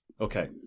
Okay